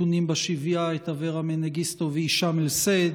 אדוני היושב-ראש, אפשר להפנות שאלות לשר?